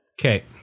okay